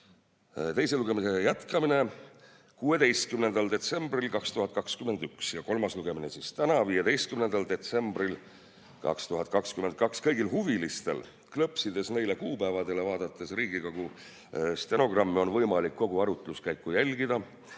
teine lugemine jätkus 16. detsembril 2021, ja kolmas lugemine on täna, 15. detsembril 2022. Kõigil huvilistel, klõpsides neile kuupäevadele Riigikogu stenogrammide leheküljel, on võimalik kogu arutluskäiku jälgida,